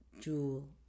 jewel